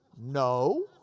No